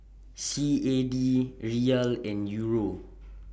C A D Riyal and Euro